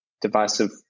divisive